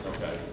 Okay